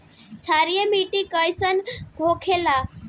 क्षारीय मिट्टी कइसन होखेला?